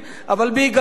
אבל בהיגיון,